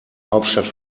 hauptstadt